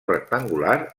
rectangular